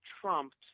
trumped